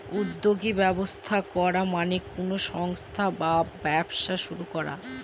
উদ্যোগী ব্যবস্থা করা মানে কোনো সংস্থা বা ব্যবসা শুরু করা